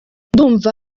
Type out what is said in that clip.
ndumva